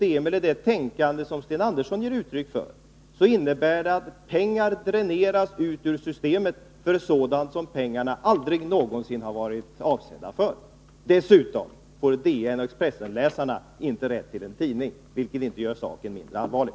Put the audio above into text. Men det tänkande som Sten Andersson ger uttryck för innebär att pengar dräneras ut ur systemet för sådant som pengarna aldrig någonsin har varit avsedda för. Dessutom får DN och Expressenläsarna inte — vid fackliga stridsrätt till en tidning, vilket inte gör saken mindre allvarlig.